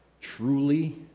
truly